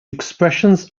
expressions